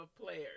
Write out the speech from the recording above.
players